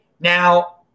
Now